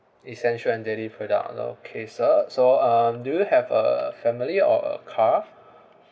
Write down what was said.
essential and daily product okay sir so uh do you have a family or a car